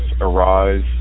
arise